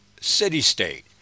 city-state